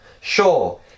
Sure